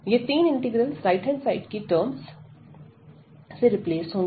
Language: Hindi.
ये तीन इंटीग्रल्स राइट हैंड साइड की टर्म्स से रिप्लेस होंगी